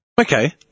Okay